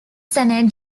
senate